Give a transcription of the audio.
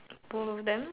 both of them